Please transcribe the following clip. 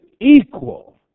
equal